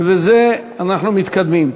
וזהו, אנחנו מתקדמים.